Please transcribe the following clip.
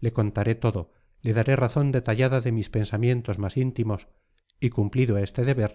le contaré todo le daré razón detallada de mis pensamientos más íntimos y cumplido este deber